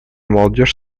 молодежь